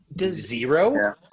Zero